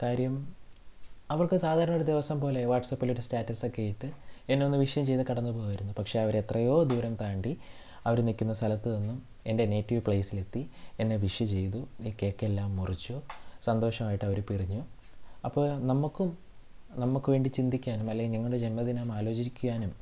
കാര്യം അവർക്ക് സാധാരാണോരു ദിവസം പോലെ വാട്സാപ്പിലൊരു സ്റ്റാറ്റസ്സക്കെ ഇട്ട് എന്നെ ഒന്ന് വിഷ് ചെയ്താൽ കടന്ന് പോകായിരുന്നു പക്ഷേ അവരെത്രയോ ദൂരം താണ്ടി അവർ നിൽക്കുന്ന സ്ഥലത്ത് നിന്നും എൻ്റെ നേറ്റീവ് പ്ലേസിലെത്തി എന്നെ വിഷ് ചെയ്തു കേക്കെല്ലാം മുറിച്ച് സന്തോഷമായിട്ട് അവർ പിരിഞ്ഞു അപ്പോൾ നമുക്കും നമുക്ക് വേണ്ടി ചിന്തിക്കാനും അല്ലെങ്കിൽ ഞങ്ങടെ ജന്മദിനം ആലോചിക്കാനും